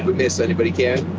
we made it so anybody can.